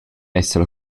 esser